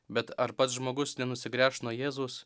bet ar pats žmogus nenusigręš nuo jėzaus